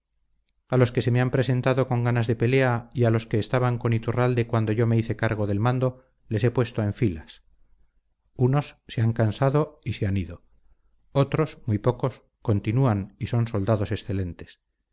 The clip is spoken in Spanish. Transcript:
a los que se me han presentado con ganas de pelea y a los que estaban con iturralde cuando yo me hice cargo del mando les he puesto en filas unos se han cansado y se han ido otros muy pocos continúan y son soldados excelentes